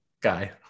guy